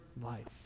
life